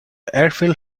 airfield